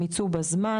הם יצאו בזמן.